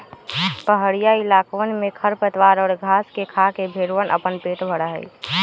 पहड़ीया इलाकवन में खरपतवार और घास के खाके भेंड़वन अपन पेट भरा हई